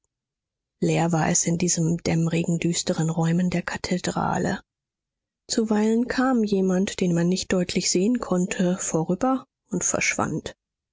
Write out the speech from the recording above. leer war es in diesen dämmrigen düsteren räumen der kathedrale zuweilen kam jemand den man nicht deutlich sehen konnte vorüber und verschwand